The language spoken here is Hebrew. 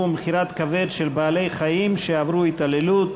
ומכירת כבד של בעלי-חיים שעברו התעללות,